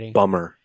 bummer